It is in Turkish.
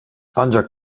ancak